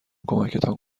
کمکتان